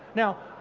now,